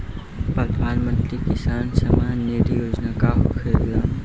प्रधानमंत्री किसान सम्मान निधि योजना का होखेला?